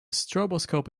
stroboscope